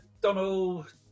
Donald